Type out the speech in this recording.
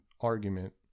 argument